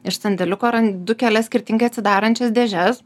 iš sandėliuko randu kelias skirtingai atsidarančias dėžes